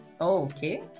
Okay